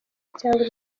cyangwa